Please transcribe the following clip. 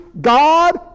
God